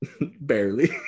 barely